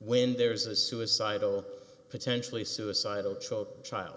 when there is a suicidal potentially suicidal child child